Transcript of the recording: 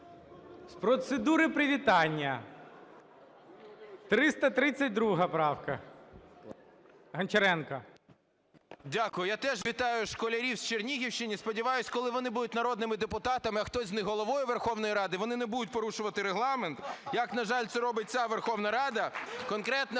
З процедури привітання. 332 правка, Гончаренко. 12:57:04 ГОНЧАРЕНКО О.О. Дякую. Я теж вітаю школярів з Чернігівщини! Сподіваюсь, коли вони будуть народними депутатами, а хтось з них – Головою Верховної Ради, вони не будуть порушувати Регламент, як, на жаль, це робить ця Верховна Рада, конкретно